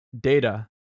data